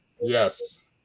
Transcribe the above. Yes